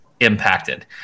impacted